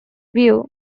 views